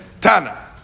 Tana